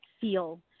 feel